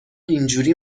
اینجوری